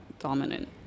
dominant